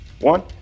one